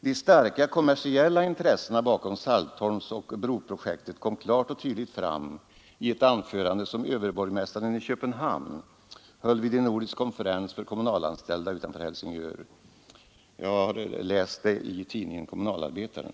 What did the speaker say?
De starka kommersiella intressena bakom Saltholmsoch broprojektet kommer klart och tydligt fram i ett anförande som överborgmästaren i Köpenhamn höll vid en nordisk konferens för kommunalanställda utanför Helsingör. Jag har läst detta i tidningen Kommunalarbetaren.